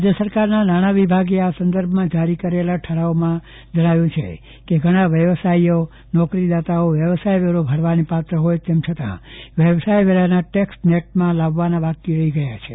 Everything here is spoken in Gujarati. રાજય સરકારના નાણાં વિભાગે આ સંદર્ભમાં જારી કરેલા ઠરાવમાં જણાવ્યું છે કે ઘણા વ્યવસાયીઓ નોકરીદાતાઓ વ્યવસાયવેરો ભરવાને પાત્ર હોય તેમ છતાં વ્યવસાય વેરાના ટેકસ નેટમાં લાવવાના બાકી રહી ગયેલ છે